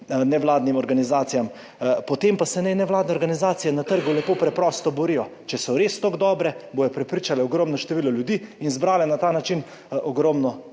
nevladnim organizacijam. Potem pa se naj nevladne organizacije na trgu lepo preprosto borijo. Če so res tako dobre, bodo prepričale ogromno število ljudi in zbrale na ta način ogromno